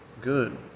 good